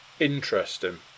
Interesting